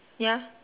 ya